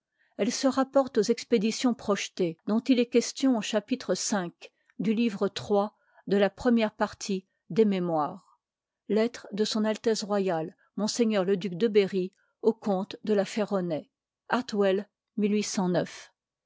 elfe se rapporte aux expéditions projetées dont il est question au chapitre v du livre iii de la première partie des mémoires lettre de s a r monseigneur te duq de berry au comte de la